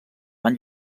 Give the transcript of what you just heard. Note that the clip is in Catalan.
van